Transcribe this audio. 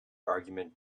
argument